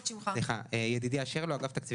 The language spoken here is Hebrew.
יש נתונים של חתך לפי